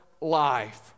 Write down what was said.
life